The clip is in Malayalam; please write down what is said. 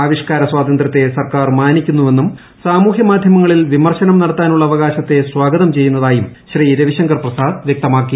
ആവിഷ്കാര സ്വാതന്ത്രൃത്തെ സർക്കാർ മാനിക്കുന്നുവെന്നും സമൂഹ മാധ്യമങ്ങളിൽ വിമർശനം നടത്താനുളള അവകാശത്തെ സ്വാഗതം ചെയ്യുന്നതായും ശ്രീ രവിശങ്കർ പ്രസാദ് വൃക്തമാക്കി